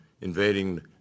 invading